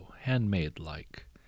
Handmade-like